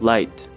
Light